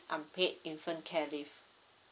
unpaid infant care leave